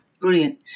Brilliant